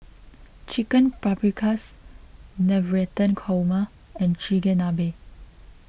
Chicken Paprikas Navratan Korma and Chigenabe